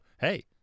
hey